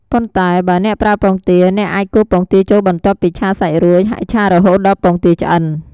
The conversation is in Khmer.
ប៉ុន្តែបើអ្នកប្រើពងទា អ្នកអាចគោះពងទាចូលបន្ទាប់ពីឆាសាច់រួច ហើយឆារហូតដល់ពងទាឆ្អិន។